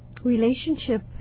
relationship